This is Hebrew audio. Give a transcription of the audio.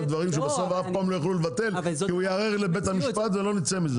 דברים שאף פעם לא יוכלו לבטל כי הוא יערער לבית המשפט ואף פעם לא נצא מזה.